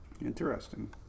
Interesting